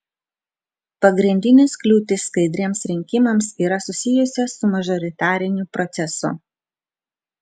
pagrindinės kliūtys skaidriems rinkimams yra susijusios su mažoritariniu procesu